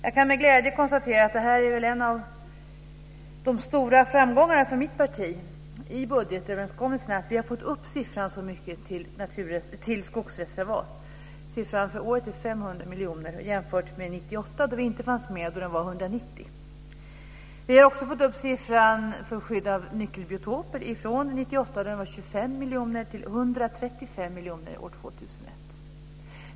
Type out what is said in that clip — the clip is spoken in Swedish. Jag kan med glädje konstatera att det är en av de stora framgångarna för mitt parti i budgetöverenskommelsen att vi har fått upp siffran så mycket när det gäller skogsreservat. Siffran för året är 500 miljoner. Det ska jämföras med 1998, då vi inte fanns med, då siffran var 190. Vi har också fått upp siffran för skydd av nyckelbiotoper från 25 miljoner år 1998 till 135 miljoner år 2001.